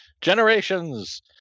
Generations